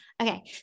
Okay